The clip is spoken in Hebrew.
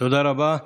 תודה רבה.